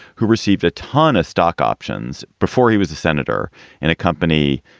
who received a ton of stock options before he was a senator and a company,